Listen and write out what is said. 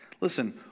Listen